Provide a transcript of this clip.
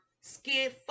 scared